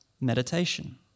meditation